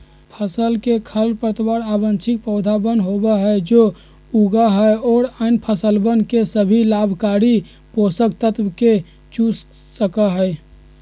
फसल के खरपतवार अवांछित पौधवन होबा हई जो उगा हई और अन्य फसलवन के सभी लाभकारी पोषक तत्व के चूस सका हई